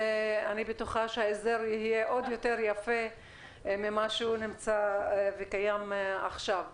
ואני בטוחה שהאזור יהיה עוד יותר יפה ממה שהוא נמצא וקיים עכשיו.